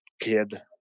kid